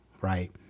right